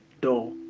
door